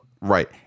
Right